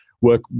work